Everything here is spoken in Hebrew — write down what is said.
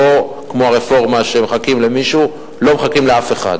לא כמו הרפורמה שמחכים למישהו, לא מחכים לאף אחד.